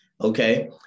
Okay